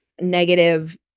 negative